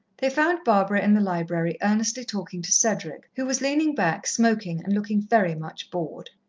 they found barbara in the library, earnestly talking to cedric, who was leaning back, smoking and looking very much bored.